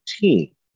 team